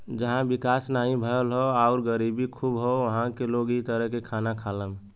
जहां विकास नाहीं भयल हौ आउर गरीबी खूब हौ उहां क लोग इ तरह क खाना खालन